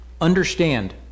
understand